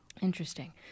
Interesting